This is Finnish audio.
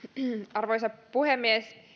arvoisa puhemies